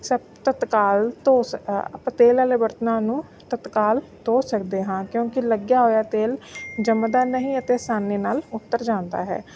ਸਭ ਤਤਕਾਲ ਧੋ ਸਕ ਆਪਾਂ ਤੇਲ ਵਾਲੇ ਬਰਤਨਾਂ ਨੂੰ ਤਤਕਾਲ ਧੋ ਸਕਦੇ ਹਾਂ ਕਿਉਂਕਿ ਲੱਗਿਆ ਹੋਇਆ ਤੇਲ ਜੰਮਦਾ ਨਹੀਂ ਅਤੇ ਅਸਾਨੀ ਨਾਲ ਉੱਤਰ ਜਾਂਦਾ ਹੈ